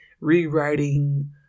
rewriting